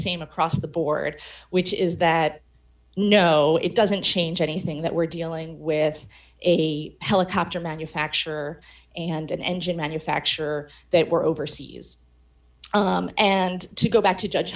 same across the board which is that no it doesn't change anything that we're dealing with a helicopter manufacturer and an engine manufacturer that were overseas and to go back to judge